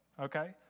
Okay